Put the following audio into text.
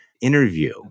interview